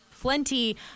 plenty